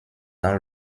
dans